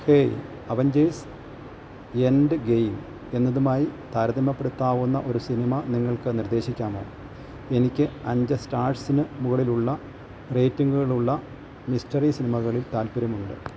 hey Avengers Endgame എന്നതുമായി താരതമ്യപ്പെടുത്താവുന്ന ഒരു സിനിമ നിങ്ങൾക്ക് നിർദ്ദേശിക്കാമോ എനിക്ക് അഞ്ച് സ്റ്റാഴ്സിന് മുകളിലുള്ള റേറ്റിംഗ്കളുള്ള മിസ്റ്ററി സിനിമകളിൽ താൽപ്പര്യമുണ്ട്